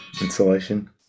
Insulation